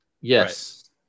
Yes